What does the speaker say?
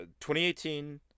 2018